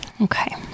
okay